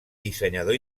dissenyador